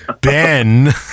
Ben